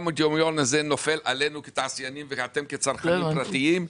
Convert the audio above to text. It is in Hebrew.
400 המיליון האלה נופל עלינו כתעשיינים וגם עליכם כצרכנים פרטיים.